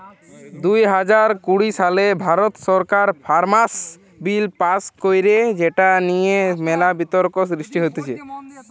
দুই হাজার কুড়ি সালে ভারত সরকার ফার্মার্স বিল পাস্ কইরে যেটা নিয়ে মেলা বিতর্ক সৃষ্টি হতিছে